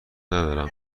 ندارم